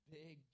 big